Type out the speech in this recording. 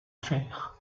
fer